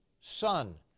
son